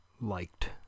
liked